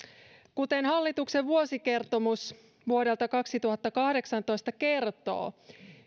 kuten hallituksen vuosikertomus vuodelta kaksituhattakahdeksantoista kertoo